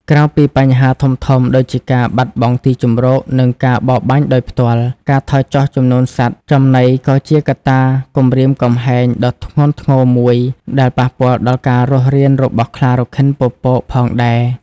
ក្រៅពីបញ្ហាធំៗដូចជាការបាត់បង់ទីជម្រក និងការបរបាញ់ដោយផ្ទាល់ ការថយចុះចំនួនសត្វចំណី ក៏ជាកត្តាគំរាមកំហែងដ៏ធ្ងន់ធ្ងរមួយដែលប៉ះពាល់ដល់ការរស់រានរបស់ខ្លារខិនពពក ផងដែរ។